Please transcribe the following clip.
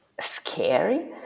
scary